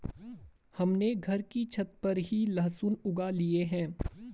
हमने घर की छत पर ही लहसुन उगा लिए हैं